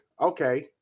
okay